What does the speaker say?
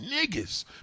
niggas